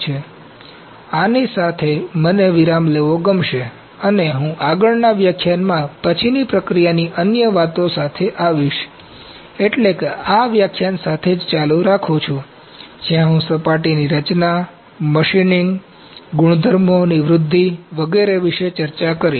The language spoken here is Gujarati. તેથી આની સાથે મને વિરામ લેવો ગમશે અને હું આગળના વ્યાખ્યાનમાં પછીની પ્રક્રિયાની અન્ય વાતો સાથે આવીશ એટલે કે આ વ્યાખ્યાન સાથે જ ચાલુ રાખું છું જ્યાં હું સપાટી રચના મશીનિંગ ગુણધર્મોની વૃદ્ધિ વગેરે વિશે ચર્ચા કરીશ